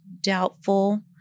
doubtful